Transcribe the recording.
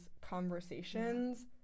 conversations